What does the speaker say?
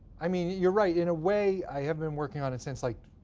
i mean, you're right, in a way, i have been working on it since like,